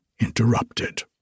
interrupted